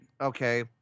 Okay